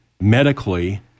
medically